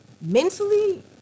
mentally